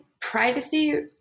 privacy